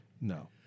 No